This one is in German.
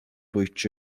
durch